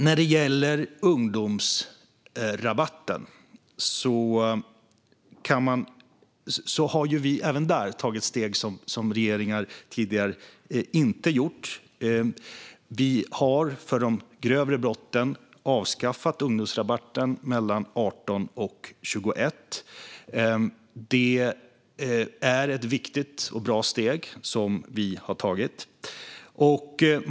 När det gäller ungdomsrabatten har vi även där tagit steg som tidigare regeringar inte tagit. Vi har för de grövre brotten avskaffat ungdomsrabatten mellan 18 och 21. Det är ett viktigt och bra steg som vi har tagit.